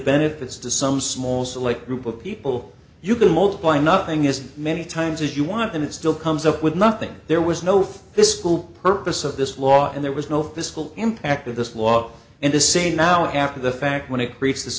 benefits to some small select group of people you can multiply nothing as many times as you want and it still comes up with nothing there was no for this school purpose of this law and there was no fiscal impact of this law and to say now after the fact when it creates this